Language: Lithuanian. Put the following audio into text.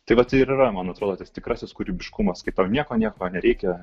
tai vat ir yra man atrodo tas tikrasis kūrybiškumas kai tau nieko nieko nereikia